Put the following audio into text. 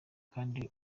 kandi